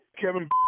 Kevin